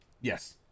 Yes